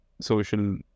Social